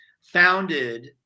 founded